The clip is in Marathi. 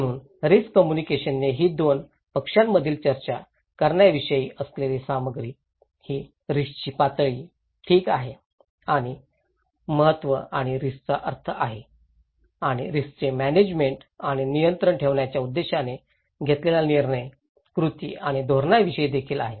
म्हणून रिस्क कम्युनिकेशने ही दोन पक्षांमधील चर्चा करण्याविषयी असलेली सामग्री ही रिस्कची पातळी ठीक आणि महत्त्व आणि रिस्कचा अर्थ आहे आणि रिस्कचे म्यानेजमेंट आणि नियंत्रण ठेवण्याच्या उद्देशाने घेतलेल्या निर्णय कृती आणि धोरणांविषयी देखील आहे